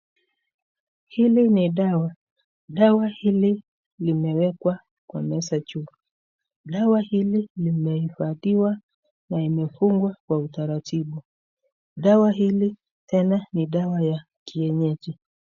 Hili li dawa, dawa hili limewekwa kwa meza juu. Dawa hili limehifadhiwa na imefungwa kwa utaratibu, dawa hili tena ni dawa ya kienyeji.